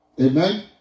Amen